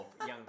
young